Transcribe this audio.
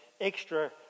extra